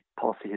policy